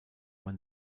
man